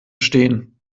stehen